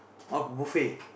uh buffet